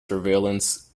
surveillance